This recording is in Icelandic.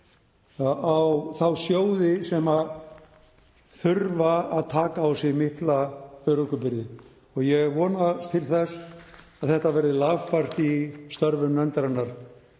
þá sjóði sem þurfa að taka á sig mikla örorkubyrði. Ég vonast til þess að þetta verði lagfært í störfum nefndarinnar